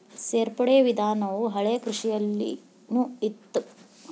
ಸೇರ್ಪಡೆ ವಿಧಾನವು ಹಳೆಕೃಷಿಯಲ್ಲಿನು ಇತ್ತ